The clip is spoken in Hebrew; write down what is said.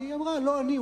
היא אמרה: לא אני,